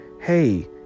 hey